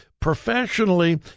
professionally